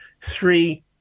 three